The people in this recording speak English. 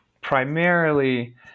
primarily